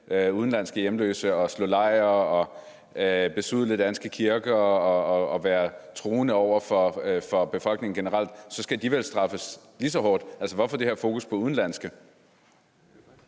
udenlandske hjemløse og slå lejr og besudle danske kirker og være truende over for befolkningen generelt, skal de vel straffes lige så hårdt? Hvorfor det her fokus på de udenlandske?